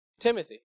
Timothy